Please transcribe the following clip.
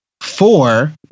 four